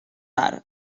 tard